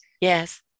yes